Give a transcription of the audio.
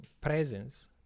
presence